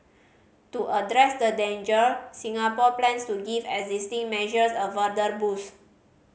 to address the danger Singapore plans to give existing measures a further boost